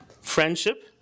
friendship